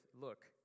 look